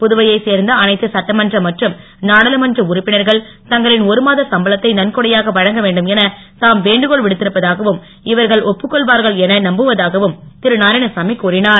புதுவையைச் சேர்ந்த அனைத்து சட்டமன்ற மற்றும் நாடாளுமன்ற உறுப்பினர்கள் தங்களின் ஒருமாத சம்பளத்தை நன்கொடையாக வழங்க வேண்டும் என தாம் வேண்டுகோள் விடுத்திருப்பதாகவும் இவர்கள் ஒப்புக் கொள்வார்கள் என நம்புவதாகவும் திரு நாராயணசாமி கூறினார்